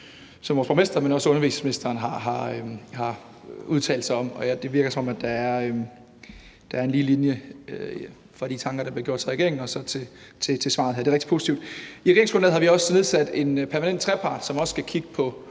som vores borgmester, men som også undervisningsministeren har udtalt sig om. Det virker, som om der er en lige linje fra de tanker, der bliver gjort hos regeringen, og til svaret her. Det er rigtig positivt. I regeringsgrundlaget har vi også nedsat en permanent trepartsinstitution, som også skal kigge på